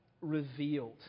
revealed